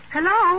Hello